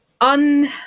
On